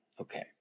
okay